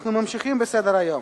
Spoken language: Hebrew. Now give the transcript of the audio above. אנחנו ממשיכים בסדר-היום.